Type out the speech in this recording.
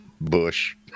bush